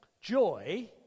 joy